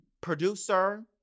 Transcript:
producer